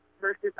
versus